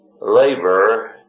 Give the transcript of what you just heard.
labor